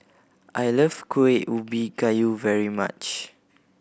I love Kuih Ubi Kayu very much